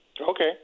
Okay